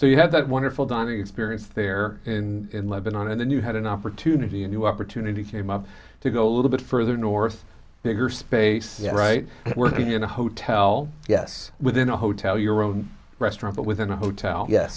so you have that wonderful dining experience there in lebanon and you had an opportunity a new opportunity came up to go a little bit further north bigger space right working in a hotel yes within a hotel your own restaurant but within the hotel yes